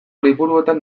liburuetan